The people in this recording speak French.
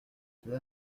cela